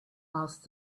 asked